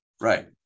right